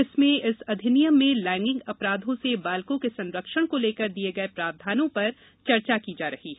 जिसमें इस अधिनियम में लैंगिक अपराधों से बालकों के संरक्षण को लेकर दिये गए प्रावधानों पर चर्चा की जा रही है